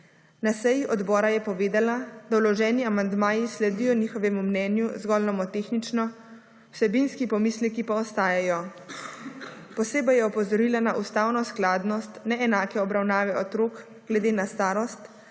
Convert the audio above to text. Na seji odbora je povedala, da vloženi amandmaji sledijo njihovemu mnenju zgolj nomotenično, vsebinski pomisleki pa ostajajo. Posebej je opozorila na ustavno skladnost neenake obravnave otrok glede na starost,